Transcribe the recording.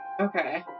Okay